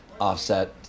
offset